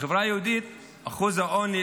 בחברה היהודית אחוז העוני,